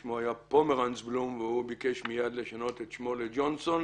שמו היה פומרנץ-בלום והוא ביקש מייד לשנות את שמו לג'ונסון.